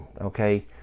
okay